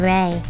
Ray